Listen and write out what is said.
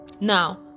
now